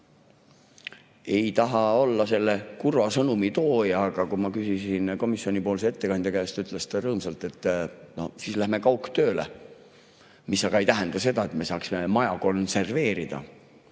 Ei taha olla selle kurva sõnumi tooja, aga kui ma küsisin [selle kohta] komisjonipoolse ettekandja käest, siis ütles ta rõõmsalt, et siis lähme kaugtööle. See aga ei tähenda seda, et me saaksime maja konserveerida.